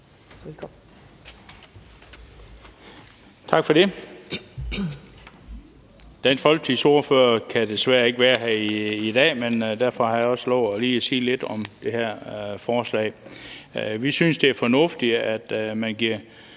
Tak for det. Dansk Folkepartis ordfører kan desværre ikke være her i dag, men derfor har jeg også lovet lige at sige lidt om det her forslag. Vi synes, det er fornuftigt, at man i